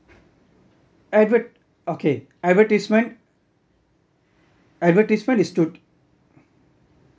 advert~ okay advertisement advertisement is to